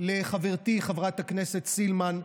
לחברתי חברת הכנסת סילמן,